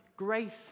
grace